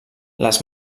les